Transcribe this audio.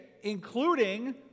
including